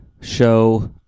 show